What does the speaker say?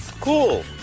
Cool